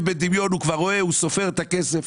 ובדמיונו הוא כבר סופר את הכסף.